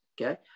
Okay